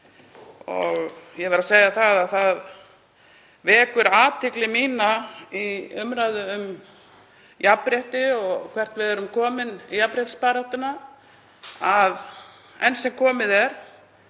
Ég verð að segja að það vekur athygli mína í umræðu um jafnrétti og hvert við erum komin í jafnréttisbaráttunni, að enn sem komið er